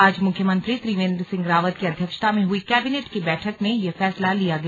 आज मुख्यमंत्री त्रिवेंद्र सिंह रावत की अध्यक्षता में हुई कैबिनेट की बैठक में यह फैसला लिया गया